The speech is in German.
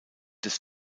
des